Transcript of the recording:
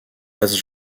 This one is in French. lasse